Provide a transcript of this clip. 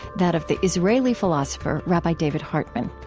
that of the israeli philosopher rabbi david hartman.